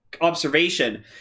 observation